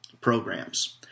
programs